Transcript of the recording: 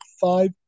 five